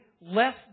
less